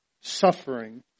suffering